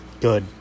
Good